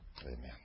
amen